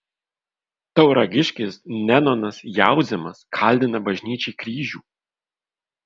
tauragiškis nenonas jaudzemas kaldina bažnyčiai kryžių